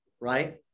Right